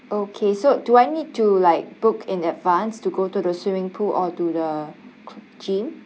okay so do I need to like book in advance to go to the swimming pool or to the c~ gym